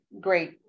great